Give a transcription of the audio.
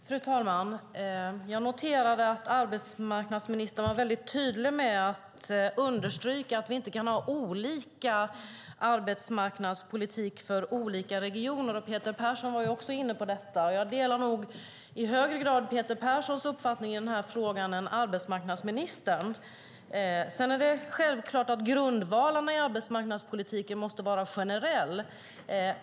Fru talman! Jag noterade att arbetsmarknadsministern var mycket tydlig med att understryka att vi inte kan ha olika arbetsmarknadspolitik för olika regioner. Peter Persson var också inne på detta. Jag delar nog i högre grad Peter Perssons uppfattning i denna fråga än arbetsmarknadsministerns. Sedan är det självklart att grundvalarna i arbetsmarknadspolitiken måste vara generella.